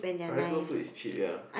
primary school food is cheap ya